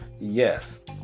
yes